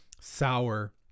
sour